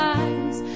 eyes